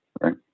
right